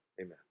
amen